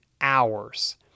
hours